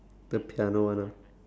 the piano one ah